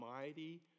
mighty